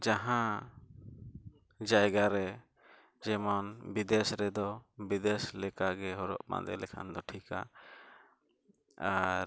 ᱡᱟᱦᱟᱸ ᱡᱟᱭᱜᱟᱨᱮ ᱡᱮᱢᱚᱱ ᱵᱤᱫᱮᱥ ᱨᱮᱫᱚ ᱵᱤᱫᱮᱥ ᱞᱮᱠᱟ ᱜᱮ ᱦᱚᱨᱚᱜᱼᱵᱟᱸᱫᱮ ᱞᱮᱠᱷᱟᱱ ᱫᱚ ᱴᱷᱤᱠᱟ ᱟᱨ